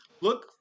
Look